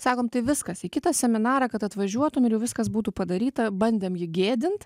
sakom tai viskas į kitą seminarą kad atvažiuotum ir jau viskas būtų padaryta bandėm jį gėdint